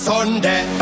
Sunday